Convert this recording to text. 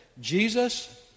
Jesus